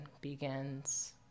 begins